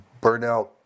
burnout